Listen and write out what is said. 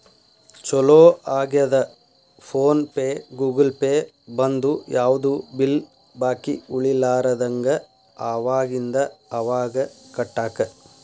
ಚೊಲೋ ಆಗ್ಯದ PhonePe Google Pay ಬಂದು ಯಾವ್ದು ಬಿಲ್ ಬಾಕಿ ಉಳಿಲಾರದಂಗ ಅವಾಗಿಂದ ಅವಾಗ ಕಟ್ಟಾಕ